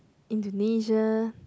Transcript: Indonesia